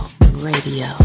radio